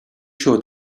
show